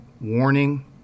warning